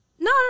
No